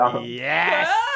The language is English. yes